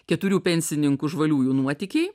keturių pensininkų žvaliųjų nuotykiai